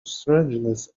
strangeness